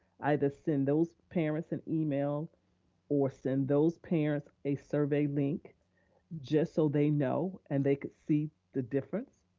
either send those parents an email or send those parents a survey link just so they know and they could see the difference.